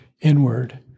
inward